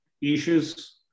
issues